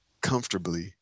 comfortably